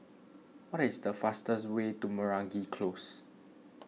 what is the fastest way to Meragi Close